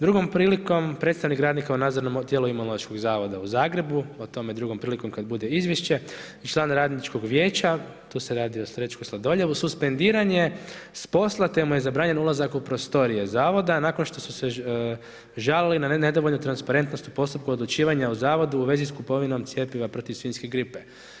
Drugom prilikom predstavnik radnika u nadzorom tijelu Imunološkog zavoda u Zagrebu, o tome drugom prilikom kad bude izvješće i član radničkog vijeća, tu se radi o Srećku Sladoljevu, suspendiran je s posla te mu je zabranjen ulazak u prostorije zavoda nakon što su se žalili na nedovoljnu transparentnosti u postupku odlučivanja o zavodu u vezi s kupovinom cjepiva protiv svinjske gripe.